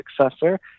successor